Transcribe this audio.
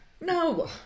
no